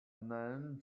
nine